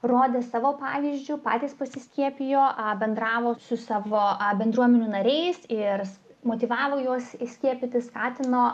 rodė savo pavyzdžiu patys pasiskiepijo bendravo su savo bendruomenių nariais ir motyvavo juos skiepytis skatino